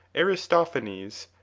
aristophanes,